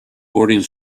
boarding